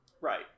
Right